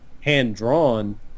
hand-drawn